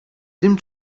tym